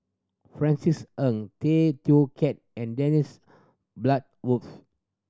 Francis Ng Tay Teow Kiat and Dennis Bloodworth